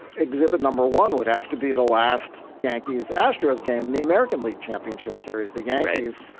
exhibit number one would have to be the last yankees astros game and the american league championship series the yankees.